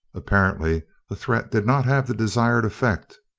apparently the threat did not have the desired effect.